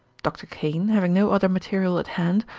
dr. kane, having no other material at hand,